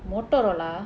motorola